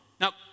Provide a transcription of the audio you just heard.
Now